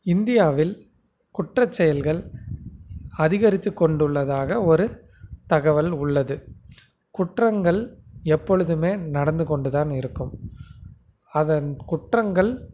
இந்தியாவில் குற்ற செயல்கள் அதிகரித்துக் கொண்டுள்ளதாக ஒரு தகவல் உள்ளது குற்றங்கள் எப்பொழுதுமே நடந்து கொண்டு தான் இருக்கும் அதன் குற்றங்கள்